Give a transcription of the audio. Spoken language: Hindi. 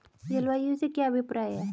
जलवायु से क्या अभिप्राय है?